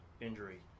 injury